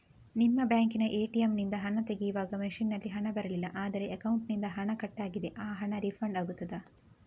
ನಿಮ್ಮ ಬ್ಯಾಂಕಿನ ಎ.ಟಿ.ಎಂ ನಿಂದ ಹಣ ತೆಗೆಯುವಾಗ ಮಷೀನ್ ನಲ್ಲಿ ಹಣ ಬರಲಿಲ್ಲ ಆದರೆ ಅಕೌಂಟಿನಿಂದ ಹಣ ಕಟ್ ಆಗಿದೆ ಆ ಹಣ ರೀಫಂಡ್ ಆಗುತ್ತದಾ?